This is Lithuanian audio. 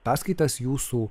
perskaitęs jūsų